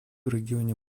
регионе